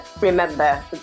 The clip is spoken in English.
remember